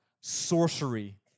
sorcery